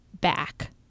back